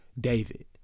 David